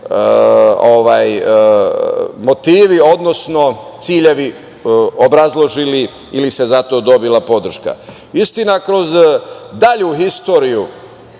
motivi, odnosno ciljevi obrazložili ili se za to dobila podrška. Istina, kroz dalju istoriju,